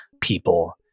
people